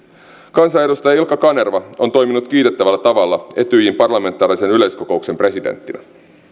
kansanedustaja ilkka kanerva on toiminut kiitettävällä tavalla etyjin parlamentaarisen yleiskokouksen presidenttinä